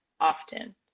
often